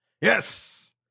Yes